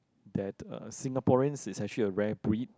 that uh Singaporeans is actually a rare breed